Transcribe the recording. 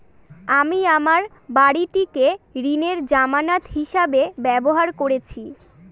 আমি আমার বাড়িটিকে ঋণের জামানত হিসাবে ব্যবহার করেছি